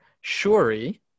Shuri